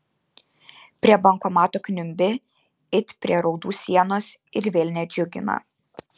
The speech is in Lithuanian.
prie bankomato kniumbi it prie raudų sienos ir vėl nedžiugina